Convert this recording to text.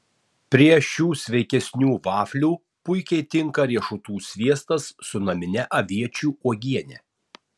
prieš šių sveikesnių vaflių puikiai tinka riešutų sviestas su namine aviečių uogiene